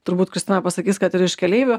turbūt kristina pasakys kad ir iš keleivių